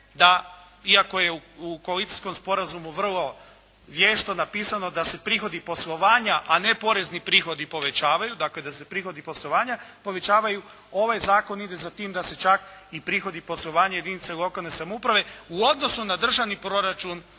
da, iako je u koalicijskom sporazumu vrlo vješto napisano da se prihodi poslovanja, a ne porezni prihodi povećavaju, dakle da se prihodi poslovanja povećavaju, ovaj zakona ide za tim da se čak i prihodi poslovanja jedinica lokalne samouprave u odnosu na državni proračun